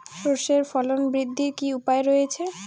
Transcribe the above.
সর্ষের ফলন বৃদ্ধির কি উপায় রয়েছে?